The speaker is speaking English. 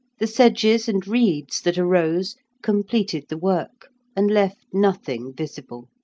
the sedges and reeds that arose completed the work and left nothing visible,